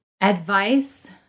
Advice